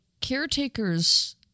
caretakers